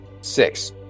Six